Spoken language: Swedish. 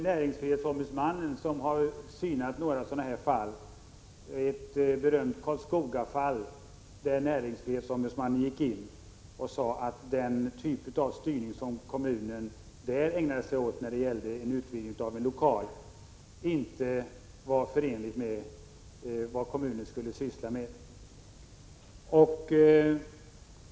Näringsfrihetsombudsmannen har ju synat några sådana fall, bl.a. ett berömt fall i Karlskoga, där näringsfrihetsombudsmannen sade att den typ av styrning som kommunen där ägnade sig åt när det gällde en utvidgning av en lokal inte var förenlig med de uppgifter som kommunen skulle syssla med.